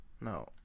No